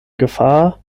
gefahr